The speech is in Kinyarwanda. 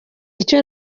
icyo